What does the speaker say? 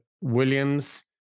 Williams